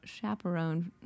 chaperone